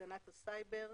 הגנת הסייבר,